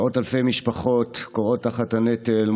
מאות אלפי משפחות כורעות תחת הנטל,